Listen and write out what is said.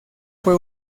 fue